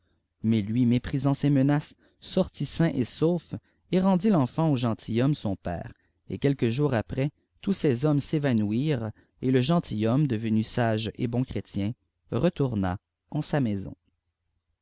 mais lui méprisant ces qces sortit sain et sovsf et reiuiut l'enfant au gentilhomme soi père ef quelques jours après tous ces hommes s'évanouirent et le gentilhomme dqvenu sage et bon chrétien rétourna en sa maison